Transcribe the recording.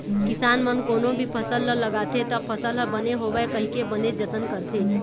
किसान मन कोनो भी फसल ह लगाथे त फसल ह बने होवय कहिके बनेच जतन करथे